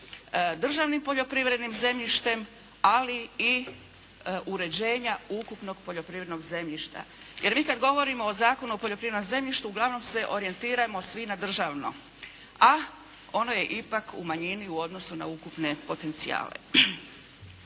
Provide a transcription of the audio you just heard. državnim poljoprivrednim zemljištem, ali i uređenja ukupnog poljoprivrednog zemljišta. Jer mi kad govorimo o Zakonu o poljoprivrednom zemljištu, uglavnom se orijentirajmo svi na državno, a ono je ipak u manjini u odnosu na ukupne potencijale.